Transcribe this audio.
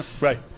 right